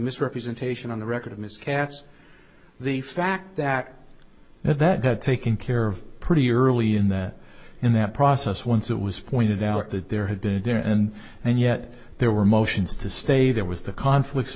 misrepresentation on the record of ms katz the fact that that had taken care of pretty early in that in that process once it was pointed out that there had been there and and yet there were motions to stay that was the conflicts